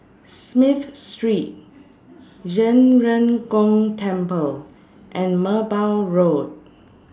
Smith Street Zhen Ren Gong Temple and Merbau Road